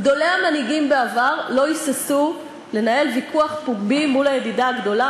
גדולי המנהיגים בעבר לא היססו לנהל ויכוח פומבי מול הידידה הגדולה,